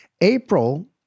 April